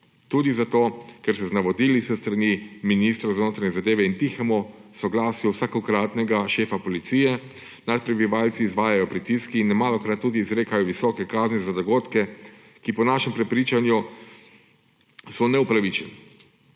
Tudi zato, ker se z navodili s strani ministra za notranje zadeve in tihega soglasja vsakokratnega šefa policije nad prebivalci izvajajo pritiski in nemalokrat tudi izrekajo visoke kazni za dogodke, ki so po našem prepričanju neupravičene.